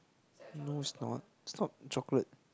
no it's not it's not chocolate